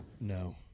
No